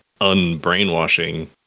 unbrainwashing